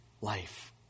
life